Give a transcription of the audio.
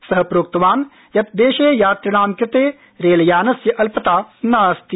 स उक्तवान् यत् देशे यात्रिणां कृते रेलयानस्य अल्पता नास्ति